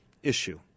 issue